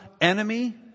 enemy